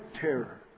terror